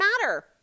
matter